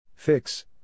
Fix